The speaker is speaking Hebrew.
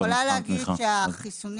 אני יכולה להגיד שהחיסונים